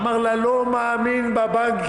אמר לה: לא מאמין בבנקים,